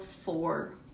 Four